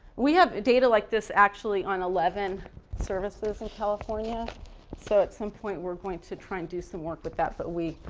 we have data like this actually on eleven services in california so at some point we're going to try and do some work with that but we,